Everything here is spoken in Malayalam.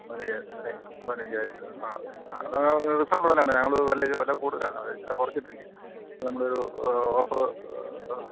പതിനയ്യായിരം രൂപ ആ അതെ ആ ഞങ്ങൾ വില വില കൂടുതലാണ് അത് ഇച്ചിരി കുറച്ചിട്ടിരിക്കും നമ്മളൊരു ഓഫറ്